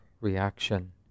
reaction